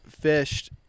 fished